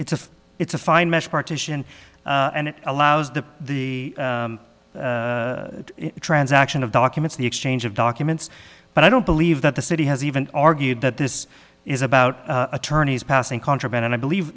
it's a it's a fine mesh partition and it allows the the transaction of documents the exchange of documents but i don't believe that the city has even argued that this is about attorneys passing contraband and i believe